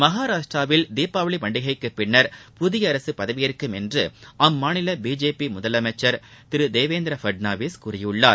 மகாராஷ்டிராவில் தீபாவளி பண்டிகைக்குப் பின்னர் புதிய அரசு பதவியேற்கும் என்று அந்த மாநில பிஜேபி முதலமைச்சர் திரு தேவேந்திர பட்னாவிஸ் கூறியிருக்கிறார்